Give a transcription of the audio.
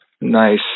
Nice